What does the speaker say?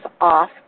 off